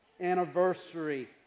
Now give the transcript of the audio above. anniversary